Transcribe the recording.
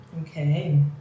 Okay